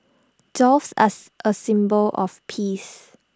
doves as A symbol of peace